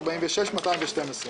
בסך של 239,964 אלפי ש"ח.